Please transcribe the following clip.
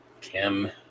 kim